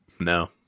No